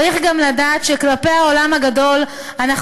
צריך גם לדעת שכלפי העולם הגדול אנחנו